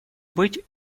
быть